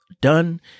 done